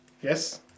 Yes